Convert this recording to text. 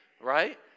right